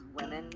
women